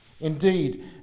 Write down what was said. Indeed